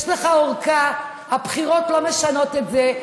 יש לך ארכה, והבחירות לא משנות את זה.